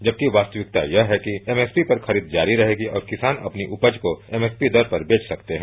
जबकि वास्तविक्ता यह है कि एमएसपी पर खरीद जारी रहेगी और किसान अपनी उपज को एमएसपी दर पर बेच सकते हैं